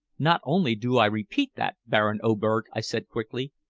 not only do i repeat that, baron oberg, i said quickly.